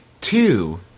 two